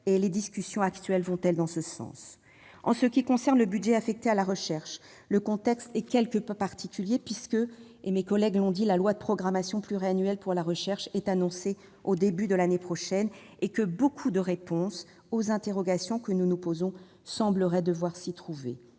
? Les discussions actuelles vont-elles dans ce sens ? En ce qui concerne le budget affecté à la recherche, le contexte est quelque peu particulier, puisque, mes collègues l'ont dit, la loi de programmation pluriannuelle pour la recherche est annoncée pour le début de l'année prochaine et que beaucoup de réponses à nos interrogations sembleraient devoir s'y trouver.